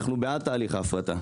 אנחנו בעד תהליך ההפרטה,